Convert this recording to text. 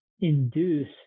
induce